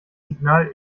signal